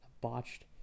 botched